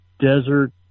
desert